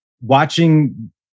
watching